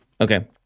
Okay